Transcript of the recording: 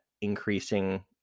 increasing